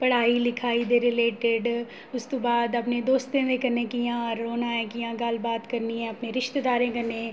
पढ़ाई लिखाई दे रिलेटिड उस तों बाद अपने दोस्तें दे कन्नै कि'यां रौह्ना ऐ कि'यां गल्लबात करनी ऐ अपने रिश्तेदारें कन्नै